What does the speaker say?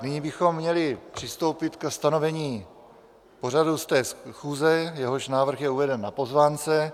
Nyní bychom měli přistoupit ke stanovení pořadu 100. schůze, jehož návrh je uveden na pozvánce.